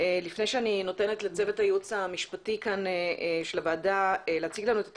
לפני שאני נותנת לצוות הייעוץ המשפטי של הוועדה להציג לנו את התקנות,